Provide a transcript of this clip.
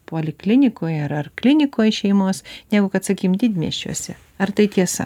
poliklinikoj ar klinikoj šeimos negu kad sakykim didmiesčiuose ar tai tiesa